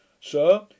sir